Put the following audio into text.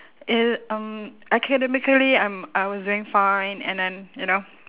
i~ um academically I'm I was doing fine and then you know